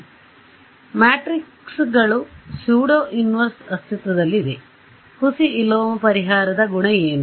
ಸರಿ ಮ್ಯಾಟ್ರಿಕ್ಗಳು pseudo inverse ಅಸ್ತಿತ್ವದಲ್ಲಿದೆ ಹುಸಿ ವಿಲೋಮ ಪರಿಹಾರದ ಗುಣ ಏನು